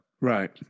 Right